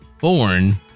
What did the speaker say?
born